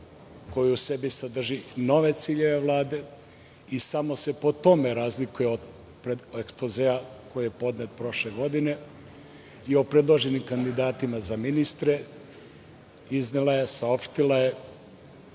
koji u sebi sadrži nove ciljeve Vlade i samo se po tome razlikuje od ekspozea koji je podnet prošle godine i o predloženim kandidatima za ministre, iznela je saopštila je